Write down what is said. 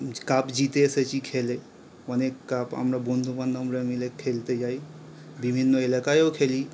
cup জিতে এসেছি খেলে অনেক কাপ আমরা বন্ধু বান্ধবরা মিলে খেলতে যাই বিভিন্ন এলাকায়ও খেলি